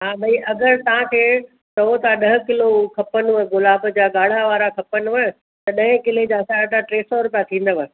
हा भई अगरि तव्हांखे चयो था ॾह किलो हू खपनिव गुलाब जा ॻाढ़ा वारा खपनिव त ॾह किले जा असांजा टे सौ रुपया थींदव